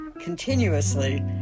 continuously